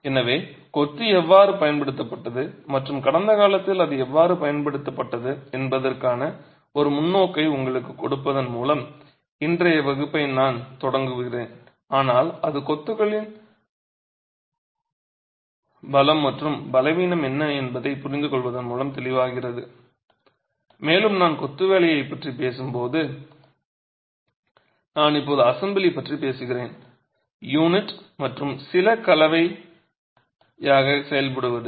எனவே கொத்து எவ்வாறு பயன்படுத்தப்பட்டது மற்றும் கடந்த காலத்தில் அது எவ்வாறு பயன்படுத்தப்பட்டது என்பதற்கான ஒரு முன்னோக்கை உங்களுக்கு கொடுப்பதன் மூலம் இன்றைய வகுப்பை நான் தொடங்குகிறேன் ஆனால் அது கொத்துகளின் பலம் மற்றும் பலவீனம் என்ன என்பதைப் புரிந்துகொள்வதன் மூலம் தெளிவாகிறது மேலும் நான் கொத்து வேலைகளைப் பற்றி பேசும்போது நான் இப்போது அசெம்பிளி பற்றி பேசுகிறேன் யூனிட் மற்றும் சில கலவை கலவையாக செயல்படுவது